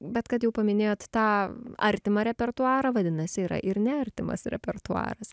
bet kad jau paminėjot tą artimą repertuarą vadinasi yra ir neartimas repertuaras